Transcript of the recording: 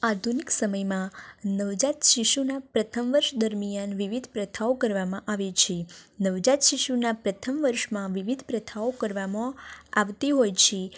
આધુનિક સમયમાં નવજાત શિશુના પ્રથમ વર્ષ દરમિયાન વિવિધ પ્રથાઓ કરવામાં આવે છે નવજાત શિશુના પ્રથમ વર્ષમાં વિવિધ પ્રથાઓ કરવામાં આવતી હોય છે